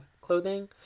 clothing